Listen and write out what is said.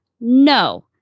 no